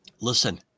Listen